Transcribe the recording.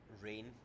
rain